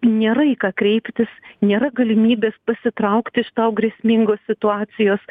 nėra į ką kreiptis nėra galimybės pasitraukti iš tau grėsmingos situacijos